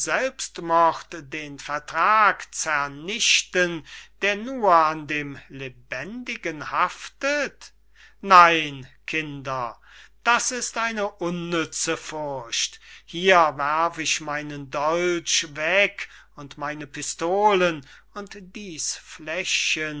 selbstmord den vertrag zernichten der nur an dem lebendigen haftet nein kinder das ist eine unnütze furcht hier werf ich meinen dolch weg und meine pistolen und